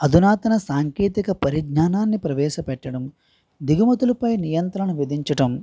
అధునాతన సాంకేతిక పరిజ్ఞానాన్ని ప్రవేశ పెట్టడం దిగుమతులపై నియంత్రణ విధించటం